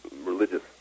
religious